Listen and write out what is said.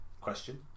Question